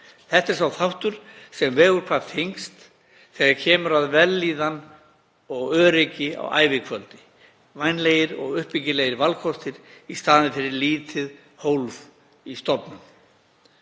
Þetta er sá þáttur sem vegur hvað þyngst þegar kemur að vellíðan og öryggi á ævikvöldinu, vænlegir og uppbyggilegir valkostir í staðinn fyrir lítið hólf í stofnun.